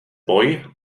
boj